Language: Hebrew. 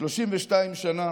32 שנים